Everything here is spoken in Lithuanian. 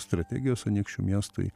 strategijos anykščių miestui